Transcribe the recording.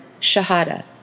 Shahada